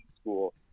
school